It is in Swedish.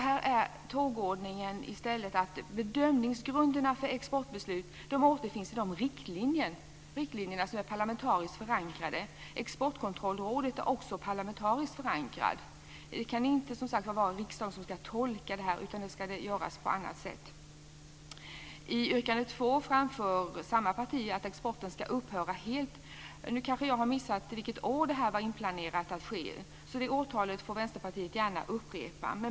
Här är tågordningen att bedömningsgrunderna för exportbeslut återfinns i de riktlinjer som är parlamentariskt förankrade. Exportkontrollrådet är också parlamentariskt förankrat. Det kan som sagt inte vara riksdagen som ska tolka det här, utan det ska göras på annat sätt. I yrkande 2 framför samma parti att exporten ska upphöra helt. Nu kanske jag har missat vilket år detta var tänkt att ske. Det årtalet får Vänsterpartiet gärna upprepa.